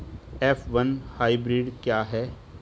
F one hybrid क्या है?